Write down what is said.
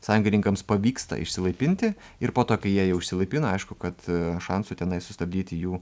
sąjungininkams pavyksta išsilaipinti ir po to kai jie jau išsilaipina aišku kad šansų tenai sustabdyti jų